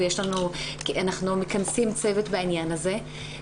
ואנחנו מכנסים צוות בעניין הזה.